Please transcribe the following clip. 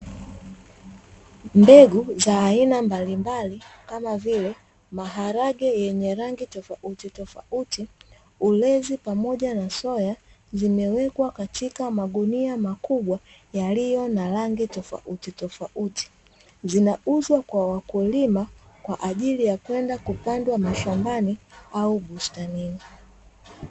Mbegu za aina mbalimbali kama vile: maharage yenye rangi tofauti tofauti, ulezi pamoja na soya, zimewekwa katika magunia makubwa yaliyo na rangi tofauti tofauti. Zinauzwa kwa wakulima kwa ajili ya kwenda kupandwa mashambani au bustanini.